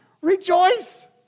Rejoice